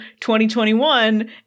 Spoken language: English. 2021